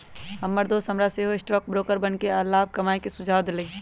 हमर दोस हमरा सेहो स्टॉक ब्रोकर बनेके आऽ लाभ कमाय के सुझाव देलइ